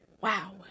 Wow